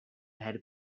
head